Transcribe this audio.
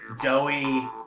doughy